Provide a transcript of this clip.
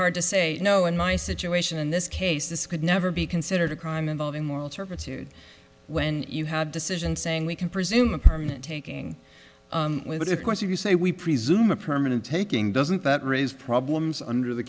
hard to say no in my situation in this case this could never be considered a crime involving moral turpitude when you have decision saying we can presume a permanent taking a course you say we presume a permanent taking doesn't that raise problems under the